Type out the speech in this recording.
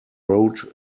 road